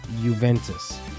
Juventus